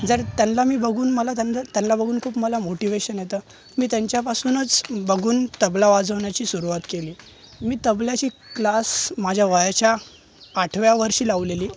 जर त्यांना मी बघून मला त्यांचं त्यांना बघून खूप मला मोटिव्हेशन येतं मी त्यांच्या पासूनच बघून तबला वाजवण्याची सुरवात केली मी तबल्याची क्लास माझ्या वयाच्या आठव्या वर्षी लावलेली